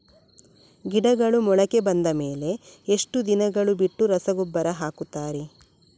ಗಿಡಗಳು ಮೊಳಕೆ ಬಂದ ಮೇಲೆ ಎಷ್ಟು ದಿನಗಳು ಬಿಟ್ಟು ರಸಗೊಬ್ಬರ ಹಾಕುತ್ತಾರೆ?